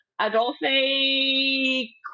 Adolphe